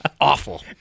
awful